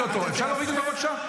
לאף אחד לא ידברו, גם לא לאופוזיציה.